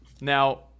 Now